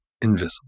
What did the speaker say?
invisible